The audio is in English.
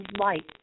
light